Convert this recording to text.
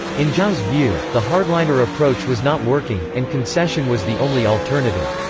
in zhao's view, the hardliner approach was not working, and concession was the only alternative.